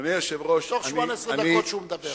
אדוני היושב-ראש, אני, מתוך 18 דקות שהוא מדבר.